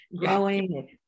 growing